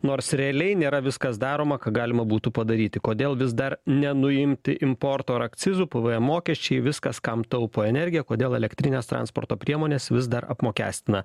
nors realiai nėra viskas daroma ką galima būtų padaryti kodėl vis dar nenuimti importo ir akcizų pvm mokesčiai viskas kam taupo energiją kodėl elektrinės transporto priemonės vis dar apmokestina